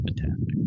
fantastic